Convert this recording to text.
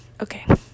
Okay